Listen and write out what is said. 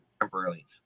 temporarily